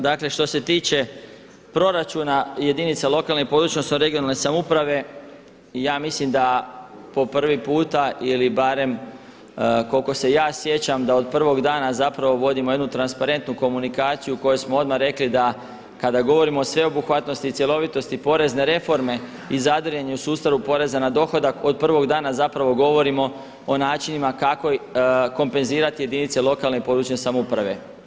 Dakle što se tiče proračuna jedinice lokalne (regionalne) i područne samouprave ja mislim da po prvi puta ili barem koliko se ja sjećam da od prvog dana zapravo vodimo jednu transparentnu komunikaciju u kojoj smo odmah rekli da kada govorimo o sveobuhvatnosti i cjelovitosti porezne reforme i zadiranju u sustavu u poreza na dohodak od prvog dana govorimo o načinima kako kompenzirati jedinice lokalne i područne samouprave.